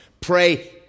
Pray